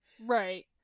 Right